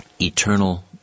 Eternal